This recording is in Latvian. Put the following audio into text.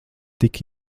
tik